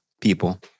people